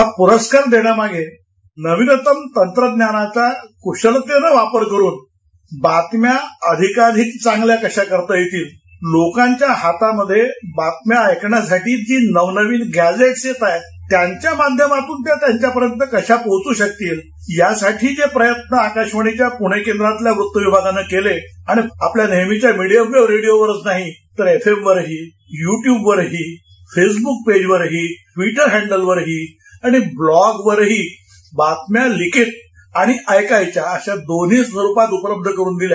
हा पुरस्कार देण्यामागे नविनतम तंत्रज्ञानाचा कुशलतेनं वापर करुन बातम्या आधिकाधिक कशा चांगल्या करता येतील लोकांच्या हातामध्ये बातम्या एकण्यासाठी जी नवनविन गॅजेट्स येतायत त्यांच्या माध्यमातून त्या त्यांच्यापर्यंत कशा पोहचू शकतील यासाठीचे प्रयत्न आकाशवाणी पुणे केंद्रातल्या वृत्त विभागानं केले आणि आपल्या नेहमीच्या मिडीयम वेवरच नाही तर एफएमवरही युट्युबवरहरी फेसबूक पेजवरही ट्विट्टर हॅंडलवरही आणि ब्लॅगवर ही बातम्या लिखित आणि ऐकायच्या अशा दोन्ही स्वरूपात उपलब्ध करुन दिल्या